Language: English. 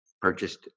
purchased